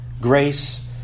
grace